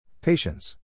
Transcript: Patience